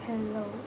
Hello